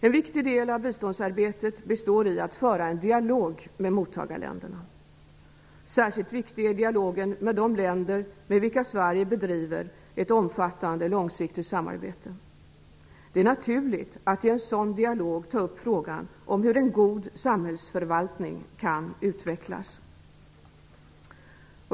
En viktig del av biståndsarbetet består i att föra en dialog med mottagarländerna. Särskilt viktig är dialogen med de länder med vilka Sverige bedriver ett omfattande, långsiktigt samarbete. Det är naturligt att i en sådan dialog ta upp frågan hur en god samhällsförvaltning kan utvecklas.